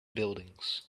buildings